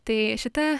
tai šita